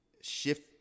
shift